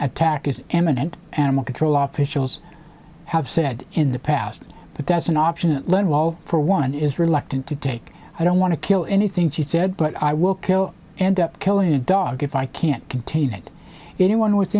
attack is imminent animal control officer shows have said in the past but that's an option for one is reluctant to take i don't want to kill anything she said but i will kill and up killing a dog if i can't contain it anyone with